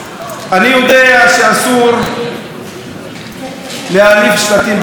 אני יודע שאסור להניף שלטים בכנסת.